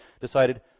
decided